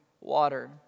water